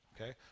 okay